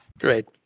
Great